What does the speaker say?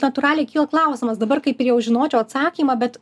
natūraliai kyla klausimas dabar kaip ir jau žinočiau atsakymą bet